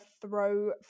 throw